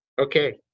Okay